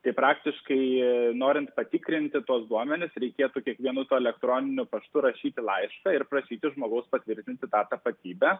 tai praktiškai norint patikrinti tuos duomenis reikėtų kiekvienu tuo elektroniniu paštu rašyti laišką ir prašyti žmogaus patvirtinti tą tapatybę